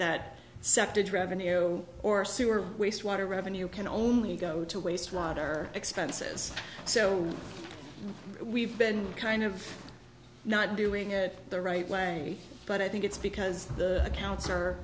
that septic revenue or sewer waste water revenue can only go to waste water expenses so we've been kind of not doing it the right way but i think it's because the account